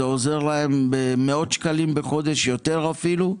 זה עוזר להם במאות שקלים בחודש, אפילו ביותר.